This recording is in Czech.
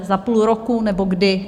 Za půl roku, nebo kdy?